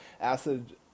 acid